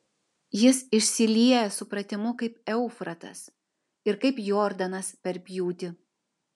jis išsilieja supratimu kaip eufratas ir kaip jordanas per pjūtį